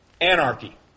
Anarchy